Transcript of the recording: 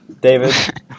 David